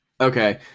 okay